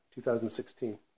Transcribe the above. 2016